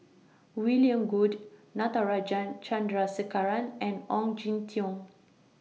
William Goode Natarajan Chandrasekaran and Ong Jin Teong